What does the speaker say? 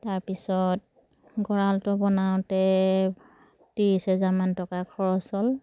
তাৰপিছত গঁৰালটো বনাওঁতে ত্ৰিছ হেজাৰমান টকা খৰচ হ'ল